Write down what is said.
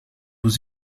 aux